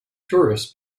tourists